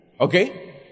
Okay